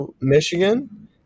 Michigan